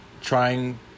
trying